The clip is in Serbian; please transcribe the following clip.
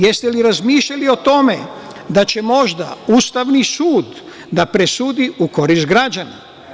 Jeste li razmišljali o tome da će možda Ustavni sud da presudi u korist građana?